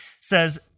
says